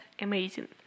amazing